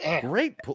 Great